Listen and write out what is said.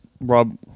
rob